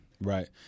Right